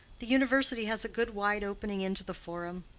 the university has a good wide opening into the forum.